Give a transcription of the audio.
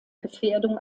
gefährdung